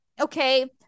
okay